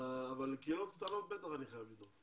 אבל לקהילות קטנות אני בטח חייב ל דאוג,